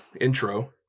intro